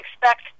expect